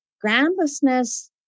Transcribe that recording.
groundlessness